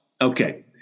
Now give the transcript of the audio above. Okay